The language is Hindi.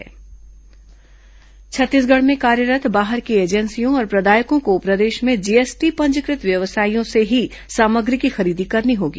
जीएसटी पंजीकृत व्यवसाय छत्तीसगढ़ में कार्यरत् बाहर की एजेंसियों और प्रदायकों को प्रदेश में जीएसटी पंजीकृत व्यवसायियों से ही सामग्री की खरीदी करनी होगी